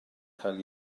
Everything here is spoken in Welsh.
cael